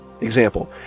Example